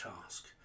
task